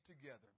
together